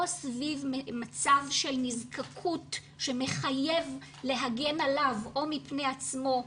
או סביב מצב של נזקקות שמחייב להגן עליו או מפני עצמו,